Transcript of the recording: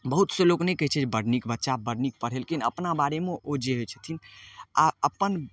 बहुत से लोक नहि कहै छै बड़ नीक बच्चा बड़ नीक पढ़ेलखिन अपना बारेमे ओ जे होइ छथिन आओर अपन